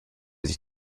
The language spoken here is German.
sich